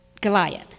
Goliath